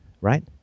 right